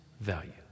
value